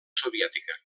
soviètica